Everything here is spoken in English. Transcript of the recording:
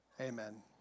Amen